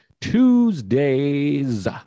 Tuesdays